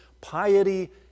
piety